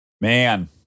Man